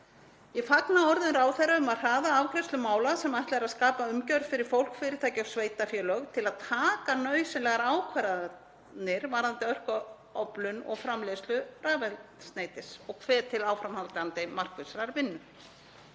Ég fagna orðum ráðherra um að hraða afgreiðslu mála sem ætlað er að skapa umgjörð fyrir fólk, fyrirtæki og sveitarfélög til að taka nauðsynlegar ákvarðanir varðandi orkuöflun og framleiðslu rafeldsneytis og hvet til áframhaldandi markvissrar vinnu.